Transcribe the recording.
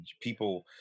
people